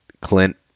Clint